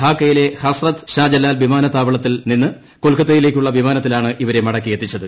ധാക്കയിലെ ഹസ്രത് ്ഷാജലാൽ വിമാനത്താവളത്തിൽ നിന്ന് കൊൽക്കത്തയിലേക്കുള്ള വിമാനത്തിലാണ് ഇവരെ മടക്കിയെത്തിച്ചത്